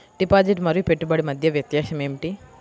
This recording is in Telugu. డిపాజిట్ మరియు పెట్టుబడి మధ్య వ్యత్యాసం ఏమిటీ?